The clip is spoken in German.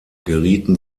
gerieten